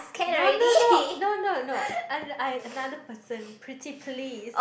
not not not not not not I I another person pretty please